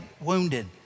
wounded